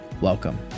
welcome